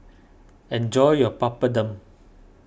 enjoy your Papadum